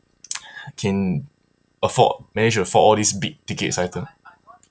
can afford manage to afford all these big tickets item